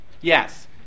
Yes